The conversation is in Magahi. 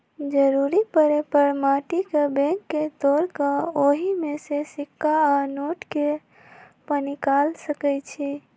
जरूरी परे पर माटी के बैंक के तोड़ कऽ ओहि में से सिक्का आ नोट के पनिकाल सकै छी